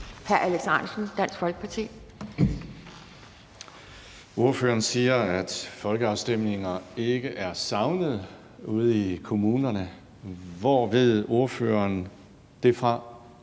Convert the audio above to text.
Alex Ahrendtsen (DF): Ordføreren siger, at folkeafstemninger ikke er savnet ude i kommunerne. Hvor ved ordføreren det fra?